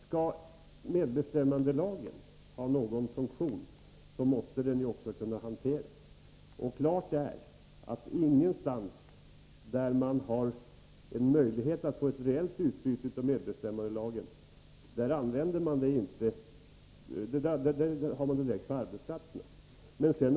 Skall medbestämmandelagen ha någon funktion måste den också kunna hanteras. Det är klart att man överallt där man har en möjlighet att få ett reellt utbyte av medbestämmandelagen använder den direkt på arbetsplatserna.